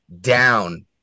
down